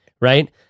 Right